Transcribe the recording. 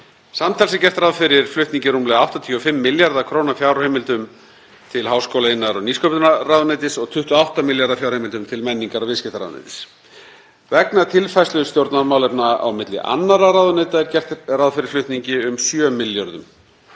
Samtals er gert ráð fyrir flutningi rúmlega 85 milljarða kr. fjárheimildum til háskóla-, iðnaðar- og nýsköpunarráðuneytis og 28 milljarða kr. fjárheimildum til menningar- og viðskiptaráðuneytis. Vegna tilfærslu stjórnarmálefna á milli annarra ráðuneyta er gert ráð fyrir flutningi um 7 milljarða